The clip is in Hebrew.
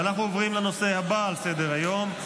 אנו עוברים לנושא הבא על סדר-היום.